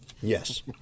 Yes